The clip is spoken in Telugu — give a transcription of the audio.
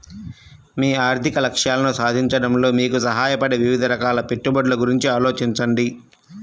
మీ ఆర్థిక లక్ష్యాలను సాధించడంలో మీకు సహాయపడే వివిధ రకాల పెట్టుబడుల గురించి ఆలోచించండి